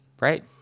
right